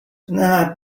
not